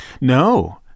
No